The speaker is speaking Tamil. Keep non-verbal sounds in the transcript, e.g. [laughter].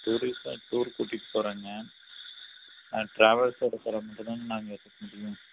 டூரிஸ்ட்லாம் டூர் கூட்டிகிட்டு போகிறேங்க ஆனால் டிராவல்ஸ் எடுக்கிறவங்களுக்கு தானே நாங்கள் [unintelligible] முடியும்